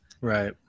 right